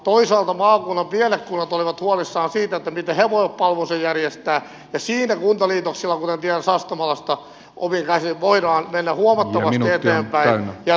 toisaalta maakunnan pienet kunnat olivat huolissaan siitä miten ne voivat palvelunsa järjestää ja siinä kuntaliitoksilla kuten tiedän sastamalasta omin käsin voidaan mennä huomattavasti eteenpäin ja tehdä asiat tehokkaammin